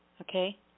okay